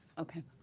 okay,